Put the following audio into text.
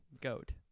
Goat